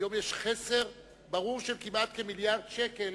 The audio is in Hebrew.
היום יש חסר ברור של כמעט כמיליארד שקלים